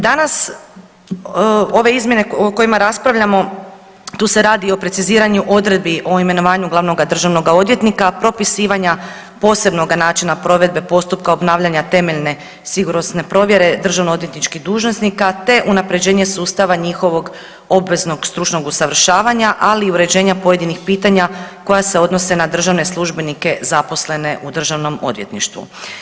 Danas ove izmjene o kojima raspravljamo tu se radi o preciziranju odredbi o imenovanju glavnoga državnoga odvjetnika, propisivanja posebnoga načina provedbe postupka obnavljanja temeljne sigurnosne provjere, državnoodvjetničkih dužnosnika te unapređenje sustava njihovog obveznog stručnog usavršavanja, ali i uređenja pojedinih pitanja koja se odnose na državne službenike zaposlene u Državnom odvjetništvu.